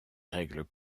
règles